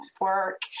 work